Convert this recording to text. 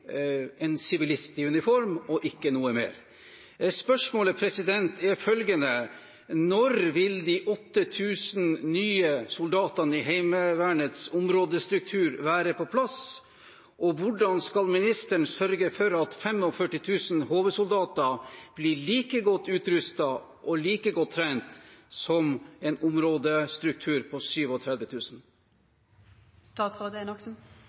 en sivilist i uniform og ikke noe mer. Spørsmålet er følgende: Når vil de 8 000 nye soldatene i Heimevernets områdestruktur være på plass? Og hvordan skal ministeren sørge for at 45 000 HV-soldater blir like godt utrustet og like godt trent som en områdestruktur på